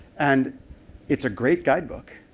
and it's a great guidebook.